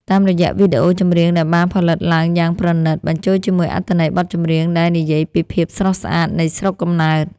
តាមរយៈវីដេអូចម្រៀងដែលបានផលិតឡើងយ៉ាងប្រណីត បញ្ចូលជាមួយអត្ថន័យបទចម្រៀងដែលនិយាយពីភាពស្រស់ស្អាតនៃស្រុកកំណើត។